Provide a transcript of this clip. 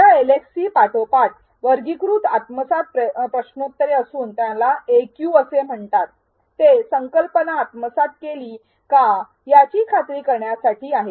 या एलएक्सटी पाठोपाठ वर्गीकृत आत्मसात प्रश्नोत्तरे असून आपल्याकडे एक्यू असे म्हणतात ते संकल्पना आत्मसात केली का याची खात्री करण्यासाठी आहेत